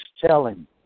telling